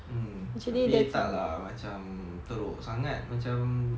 mm tapi tak lah macam teruk sangat macam